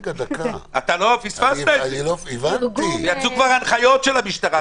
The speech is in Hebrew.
אתה פספסת את זה וכבר יצאו הנחיות של המשטרה.